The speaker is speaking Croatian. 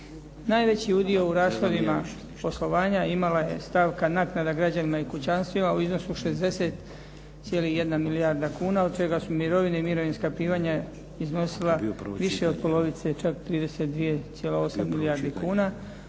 Najveći udio u rashodima poslovanja imala je stavka naknada građanima i kućanstvima u iznosu 60,1 milijarda kuna od čega su mirovine i mirovinska primanja iznosila više od polovice čak 32,8 milijardi kuna